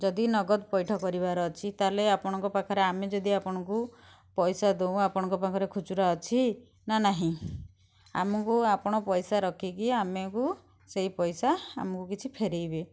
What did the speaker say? ଯଦି ନଗଦ ପଇଠ କରିବାର ଅଛି ତାହାଲେ ଆପଣଙ୍କ ପାଖରେ ଆମେ ଆପଣଙ୍କୁ ପଇସା ଦେଉ ଆପଣଙ୍କ ପାଖରେ ଖୁଚୁରା ଅଛି ନା ନାହିଁ ଆମକୁ ଆପଣ ପଇସା ରଖିକି ଆମକୁ ସେଇ ପଇସା ଆମକୁ କିଛି ଫେରେଇବେ